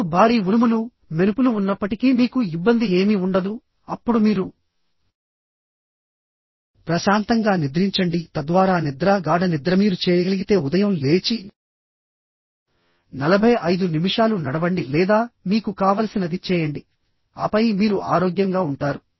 అప్పుడు భారీ ఉరుములు మెరుపులు ఉన్నప్పటికీ మీకు ఇబ్బంది ఏమీ ఉండదు అప్పుడు మీరుప్రశాంతంగా నిద్రించండి తద్వారా నిద్ర గాఢ నిద్ర మీరు చేయగలిగితే ఉదయం లేచి45 నిమిషాలు నడవండి లేదా మీకు కావలసినది చేయండి ఆపై మీరు ఆరోగ్యంగా ఉంటారు